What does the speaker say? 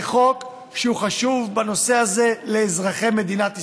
זה חוק שהוא חשוב, בנושא הזה, לאזרחי מדינת ישראל,